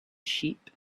sheep